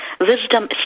wisdom